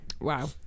Wow